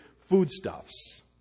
foodstuffs